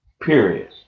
Period